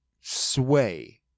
sway